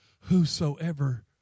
whosoever